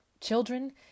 children—